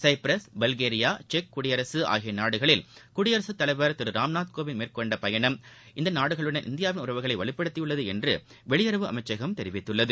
Cyprus Bulgaria செக் குடியரசுஆகியநாடுகளில் குடியரசுத் தலைவர் திருராம்நாத் கோவிந்த் மேற்கொண்டபயணம் இந்தநாடுகளுடன் இந்தியாவின் உறவுகளைவலுப்படுத்தியுள்ளதுஎன்றுவெளியுறவு அமைச்சகம் தெரிவித்துள்ளது